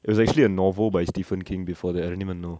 it was actually a novel by stephen king before that I didn't even know